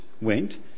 went